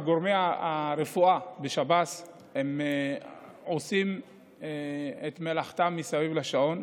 גורמי הרפואה בשב"ס עושים את מלאכתם מסביב לשעון,